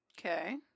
Okay